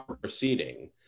proceeding